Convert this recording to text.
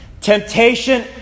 Temptation